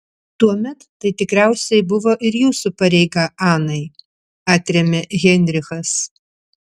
tuomet tai tikriausiai buvo ir jūsų pareiga anai atrėmė heinrichas